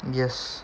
yes